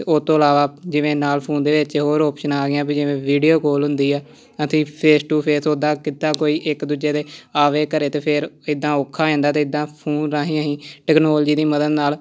ਅਤੇ ਉਹ ਤੋਂ ਇਲਾਵਾ ਜਿਵੇਂ ਨਾਲ ਫੋਨ ਦੇ ਵਿੱਚ ਹੋਰ ਆਪਸ਼ਨਾਂ ਆ ਗਈਆਂ ਵੀ ਜਿਵੇਂ ਵੀਡੀਓ ਕੋਲ ਹੁੰਦੀ ਆ ਅਸੀਂ ਫੇਸ ਟੂ ਫੇਸ ਉੱਦਾਂ ਕਿੱਦਾਂ ਕੋਈ ਇੱਕ ਦੂਜੇ ਦੇ ਆਵੇ ਘਰ ਅਤੇ ਫਿਰ ਇੱਦਾਂ ਔਖਾ ਹੋ ਜਾਂਦਾ ਤਾਂ ਇੱਦਾਂ ਫੋਨ ਰਾਹੀਂ ਅਸੀਂ ਟੈਕਨੋਲਜੀ ਦੀ ਮਦਦ ਨਾਲ